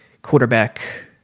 Quarterback